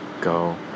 go